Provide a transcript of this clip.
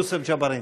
יוסף ג'בארין.